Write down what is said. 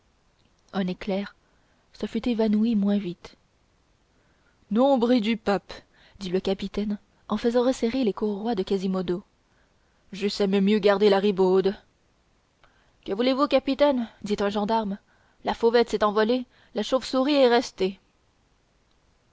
un éclair se fût évanoui moins vite nombril du pape dit le capitaine en faisant resserrer les courroies de quasimodo j'eusse aimé mieux garder la ribaude que voulez-vous capitaine dit un gendarme la fauvette s'est envolée la chauve-souris est restée